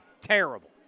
terrible